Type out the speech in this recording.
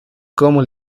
cómo